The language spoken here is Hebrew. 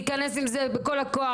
להיכנס בזה בכל הכוח.